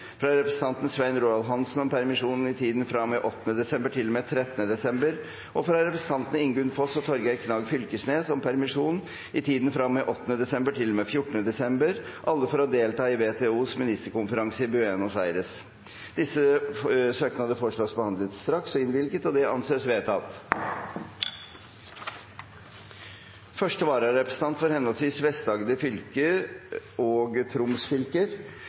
fra representanten Svein Roald Hansen om permisjon i tiden fra og med 8. desember til og med 13. desember og fra representantene Ingunn Foss og Torgeir Knag Fylkesnes om permisjon i tiden fra og med 8. desember til og med 14. desember – alle for å delta i WTOs ministerkonferanse i Buenos Aires Disse søknader foreslås behandlet straks og innvilget. – Det anses vedtatt. Første vararepresentant for henholdsvis Vest-Agder og Troms fylker,